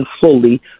fully